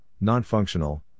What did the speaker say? non-functional